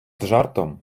жартом